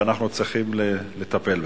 ואנחנו צריכים לטפל בזה.